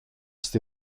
στη